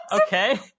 okay